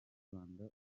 rwanda